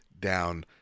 down